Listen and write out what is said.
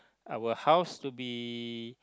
our house to be